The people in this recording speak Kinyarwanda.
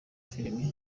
film